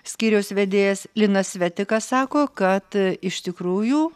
skyriaus vedėjas linas svetikas sako kad iš tikrųjų